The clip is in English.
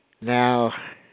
now